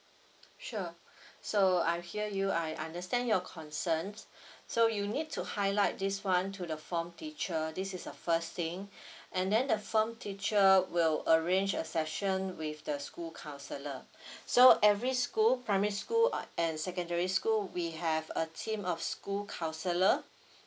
sure so I hear you I understand your concern so you need to highlight this one to the form teacher this is the first thing and then the form teacher will arrange a session with the school counsellor so every school primary school and secondary school we have a team of school counsellor